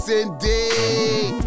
indeed